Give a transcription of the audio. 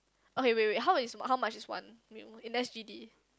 okay wait wait how is how much is one in S_G_D